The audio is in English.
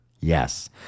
Yes